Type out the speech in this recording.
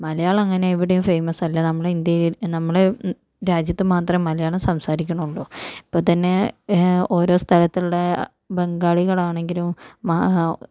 മലയാളം അങ്ങനെ എവിടെയും ഫേമസ് അല്ല നമ്മുടെ ഇന്ത്യയിൽ നമ്മുടെ രാജ്യത്തു മാത്രം മലയാളം സംസാരിക്കുന്നുള്ളു ഇപ്പോ തന്നെ ഓരോ സ്ഥലത്തുള്ള ബംഗാളികൾ ആണെങ്കിലും മാ